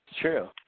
true